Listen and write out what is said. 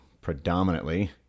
predominantly